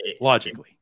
logically